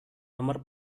nomor